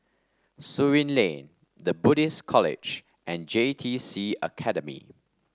Surin Lane The Buddhist College and J T C Academy